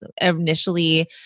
initially